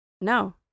No